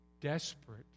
desperate